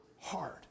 hard